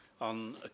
on